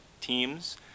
teams